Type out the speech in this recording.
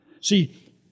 See